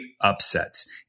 upsets